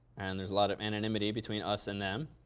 and there's a lot of anonymity between us and them.